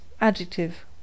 Adjective